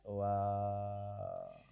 wow